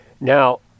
Now